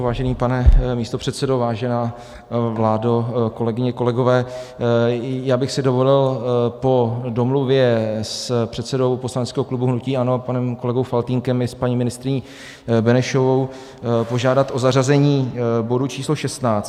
Vážený pane místopředsedo, vážená vládo, kolegyně, kolegové, dovolil bych si po domluvě s předsedou poslaneckého klubu hnutí ANO, panem kolegou Faltýnkem, i s paní ministryní Benešovou požádat o zařazení bodu číslo 16.